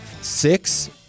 six